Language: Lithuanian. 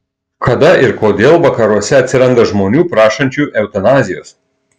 kada ir kodėl vakaruose atsiranda žmonių prašančių eutanazijos